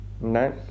no